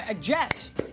Jess